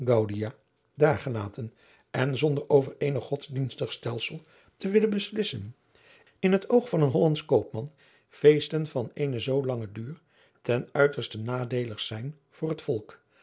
gelaten en zonder over eenig godsdienstig stelfel te willen beslissen in het oog van een hollandsch koopman feesten van eenen zoo langen duur ten uiterste nadeelig zijn voor het volk